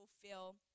fulfill